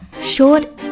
short